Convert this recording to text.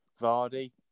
Vardy